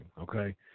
okay